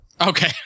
Okay